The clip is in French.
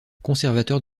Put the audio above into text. conservateurs